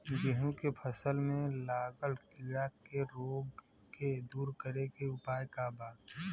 गेहूँ के फसल में लागल कीड़ा के रोग के दूर करे के उपाय का बा?